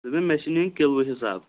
دوٚپمَے مےٚ چھِ نِنۍ کِلوٗ حِساب